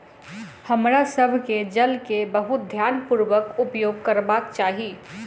हमरा सभ के जल के बहुत ध्यानपूर्वक उपयोग करबाक चाही